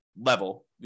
level